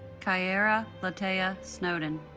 kyaira lataiya snowden